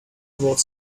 about